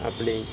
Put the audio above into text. ਆਪਣੇ